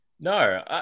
No